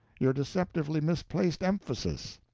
your deceptively misplaced emphasis,